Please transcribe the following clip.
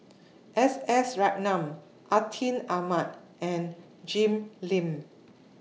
S S Ratnam Atin Amat and Jim Lim